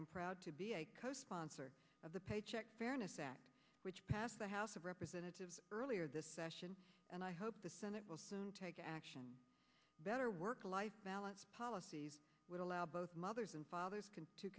am proud to be co sponsor of the paycheck fairness act which passed the house of representatives earlier this session and i hope the senate will take action better work life balance policies would allow both mothers and fathers